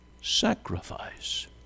sacrifice